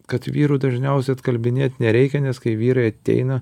kad vyrų dažniausiai atkalbinėt nereikia nes kai vyrai ateina